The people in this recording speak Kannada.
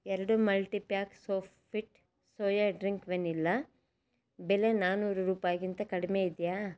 ಎರಡು multi pack Sofit soya drink vanilla ಬೆಲೆ ನಾನೂರು ರೂಪಾಯಿಗಿಂತ ಕಡಿಮೆ ಇದೆಯೇ